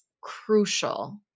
crucial